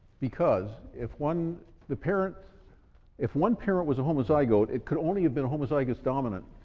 because if one the parent if one parent was a homozygote, it could only have been homozygous dominant,